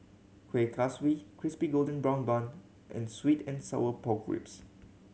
Kueh Kaswi Crispy Golden Brown Bun and sweet and sour pork ribs